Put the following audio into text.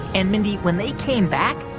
and, mindy, when they came back,